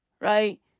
Right